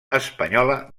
espanyola